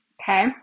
Okay